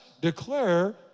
declare